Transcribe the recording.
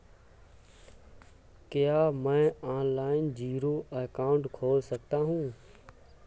क्या मैं online zero account खोल सकता हूँ?